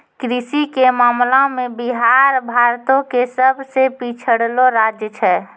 कृषि के मामला मे बिहार भारतो के सभ से पिछड़लो राज्य छै